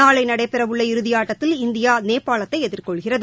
நாளை நடைபெறவுள்ள இறுதி ஆட்டத்தில் இந்தியா நேபாளத்தை எதிர்கொள்கிறது